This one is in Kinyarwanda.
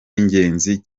ingenzi